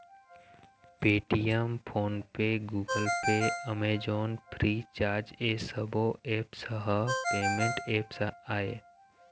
Paytm, PhonePe, Google Pay, Amazon, Freecharge ए सब्बो apps ह पेमेंट ऐप्स आय